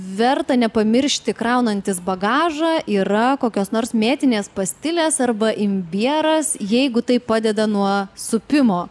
verta nepamiršti kraunantis bagažą yra kokios nors mėtinės pastilės arba imbieras jeigu tai padeda nuo supimo